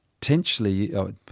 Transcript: Potentially